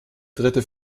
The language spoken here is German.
dritte